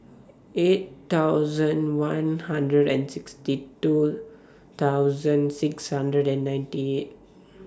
eight thousand one hundred and sixty two thousand six hundred and ninety eight